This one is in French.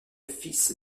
fils